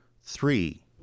three